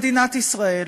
והדכדוך,